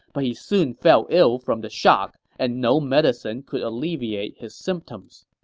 but he soon fell ill from the shock, and no medicine could alleviate his symptoms.